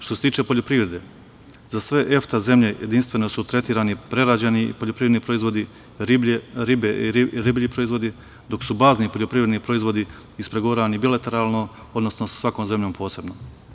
Što se tiče poljoprivrede, za sve EFTA zemlje jedinstveno su tretirani prerađeni poljoprivredni proizvodi, riblji proizvodi, dok su bazni poljoprivredni proizvodi ispregovarani bilateralno, odnosno sa svakom zemljom posebno.